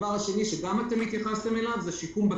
הדבר השני שגם התייחסתם אליו הוא שיקום בקהילה.